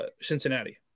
Cincinnati